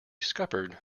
scuppered